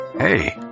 Hey